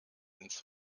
ins